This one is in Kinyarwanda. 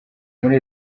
muri